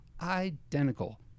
identical